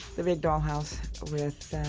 the big doll house with